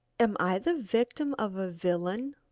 am i the victim of a villain?